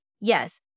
yes